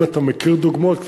אם אתה מכיר דוגמאות,